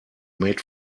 made